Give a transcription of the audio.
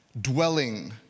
dwelling